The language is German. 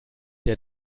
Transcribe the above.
der